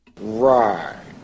Right